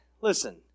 listen